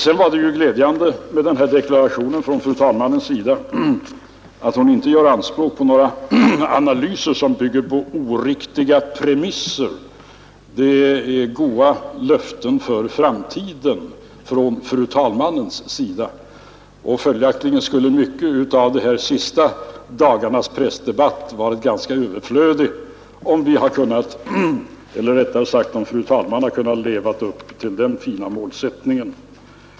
Det var glädjande att få den deklarationen från fru talmannen att hon inte gör anspråk på några analyser som bygger på oriktiga premisser. Det är goda löften för framtiden från fru talmannen. Mycket av de senaste dagarnas pressdebatt skulle ha varit överflödig, om fru talmannen hade kunnat leva upp till den fina målsättningen.